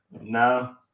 No